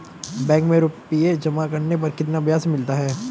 Bank में रुपये जमा करने पर कितना ब्याज मिलता है?